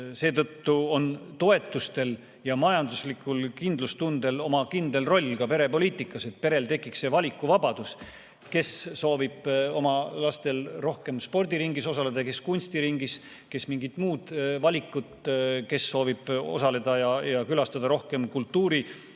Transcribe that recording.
Seetõttu on toetustel ja majanduslikul kindlustundel oma kindel roll ka perepoliitikas, et perel tekiks see valikuvabadus, kes soovib, et ta laps rohkem spordiringis osaleks, kes kunstiringis, kes mingit muud valikut, kes soovib osaleda ja külastada rohkem kultuuriüritusi.